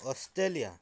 Australia